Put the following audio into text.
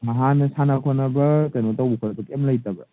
ꯍꯥꯟꯅ ꯁꯥꯟꯅ ꯈꯣꯠꯅꯕ ꯀꯩꯅꯣ ꯇꯧꯕ ꯈꯣꯠꯄ ꯀꯩꯝ ꯂꯩꯇꯕ꯭ꯔꯥ